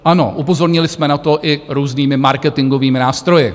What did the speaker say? Ano, upozornili jsme na to i různými marketingovými nástroji.